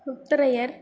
Mutharaiyar